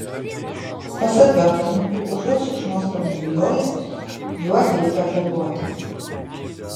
pasak gamtininkų užuot šikšnosparnių bijojus juos reikia globoti